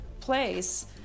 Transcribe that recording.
place